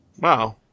wow